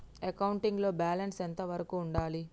Accounting లో balance ఎంత వరకు ఉండాలి?